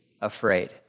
afraid